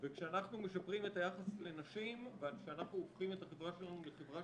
וכשאנחנו משפרים את היחס לנשים וכשאנחנו הופכים את החברה שלנו לחברה